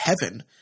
heaven